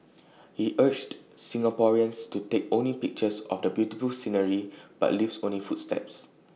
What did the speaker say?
he urged Singaporeans to take only pictures of the beautiful scenery but leave only footsteps